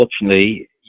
unfortunately